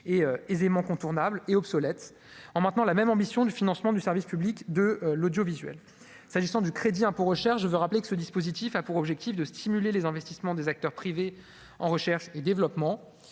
et aisément contournable et obsolète, en maintenant la même ambition du financement du service public de l'audiovisuel, s'agissant du crédit impôt recherche, je veux rappeler que ce dispositif a pour objectif de stimuler les investissements des acteurs privés en recherche et développement,